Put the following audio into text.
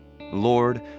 Lord